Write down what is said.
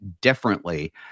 differently